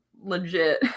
legit